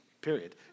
period